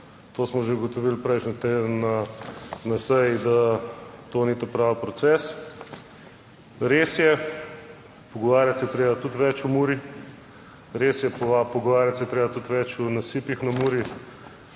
To smo že ugotovili prejšnji teden na seji, da to ni pravi proces. Res je, pogovarjati se je treba tudi več o Muri. Res je, pogovarjati se je treba tudi več o nasipih na Muri.